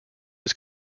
was